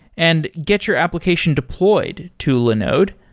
and get your application deployed to linode.